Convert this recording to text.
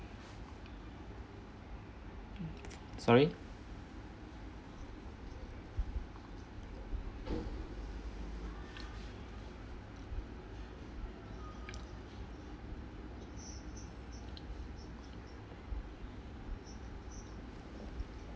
sorry